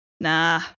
nah